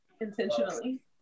intentionally